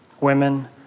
women